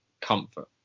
comfort